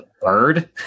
Bird